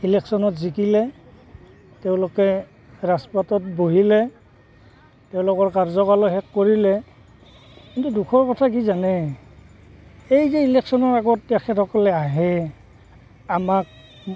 ইলেকশ্যনত জিকিলে তেওঁলোকে ৰাজপাতত বহিলে তেওঁলোকৰ কাৰ্যকালো শেষ কৰিলে কিন্তু দুখৰ কথা কি জানে এই যে ইলেকশ্যনৰ আগত তেখেতসকলে আহে আমাক